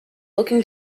looking